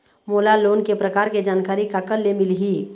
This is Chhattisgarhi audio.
मोला लोन के प्रकार के जानकारी काकर ले मिल ही?